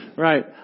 Right